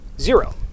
zero